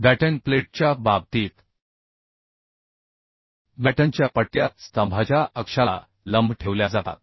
batten प्लेटच्या बाबतीत बॅटनच्या पट्ट्या स्तंभाच्या अक्षाला लंब ठेवल्या जातात